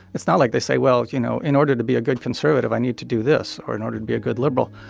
it's not like they say, well, you know, in order to be a good conservative, i need to do this or in order to be a good liberal.